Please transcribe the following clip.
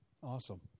Awesome